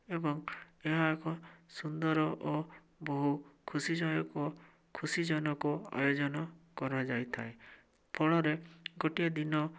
ଏବଂ ଏହା ଏକ ସୁନ୍ଦର ଓ ବହୁ ଖୁସି ଖୁସି ଜନକ ଆୟୋଜନ କରାଯାଇଥାଏ ଫଳରେ ଗୋଟିଏ ଦିନ